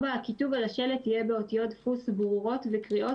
(4)הכיתוב על השלט יהיה באותיות דפוס ברורות וקריאות